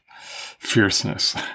fierceness